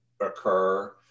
occur